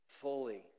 fully